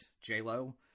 J-Lo